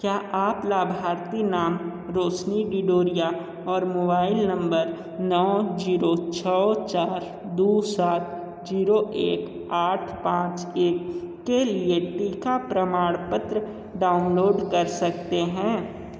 क्या आप लाभार्थी नाम रौशनी डिडोरिया और मोबाइल नंबर नौ ज़ीरो छः चार दो सात ज़ीरो एक आठ पाँच एक के लिए टीका प्रमाण पत्र डाउनलोड कर सकते हैं